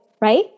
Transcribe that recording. right